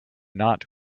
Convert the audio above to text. not